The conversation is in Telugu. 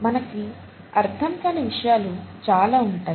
మనకి అర్థంకాని విషయాలు చాలా ఉంటాయి